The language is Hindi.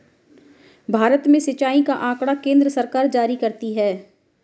भारत में सिंचाई का आँकड़ा केन्द्र सरकार जारी करती है